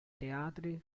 teatri